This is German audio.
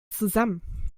zusammen